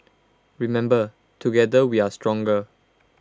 remember together we are stronger